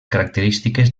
característiques